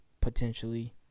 potentially